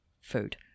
food